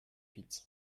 huit